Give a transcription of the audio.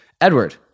Edward